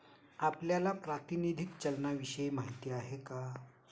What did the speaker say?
आपल्याला प्रातिनिधिक चलनाविषयी माहिती आहे का?